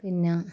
പിന്നെ